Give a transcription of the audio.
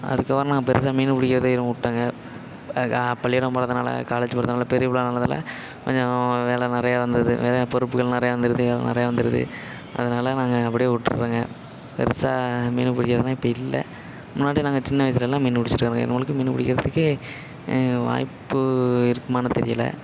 அதுக்கப்பறம் நாங்கள் பெருசாக மீன் பிடிக்கிறதே விட்டாங்க பள்ளிகூடம் போகிறதுனால காலேஜ் போகிறதுனால பெரிய பிள்ள ஆனதுனால கொஞ்சம் வேலை நிறையா வந்தது நிறையா பொறுப்புகள் நிறையா வந்திருதுங்க நிறையா வந்திருது அதனால நாங்கள் அப்படியே விட்றோங்க பெருசாக மீன் பிடிக்கிறதுலாம் இப்போ இல்லை முன்னாடி நாங்கள் சின்ன வயசுலல்லாம் மீன் பிடிச்சிட்டுருந்தாங்க இனிமேலுக்கு மீன் பிடிக்கிறதுக்கே வாய்ப்பு இருக்குமான்னு தெரியலை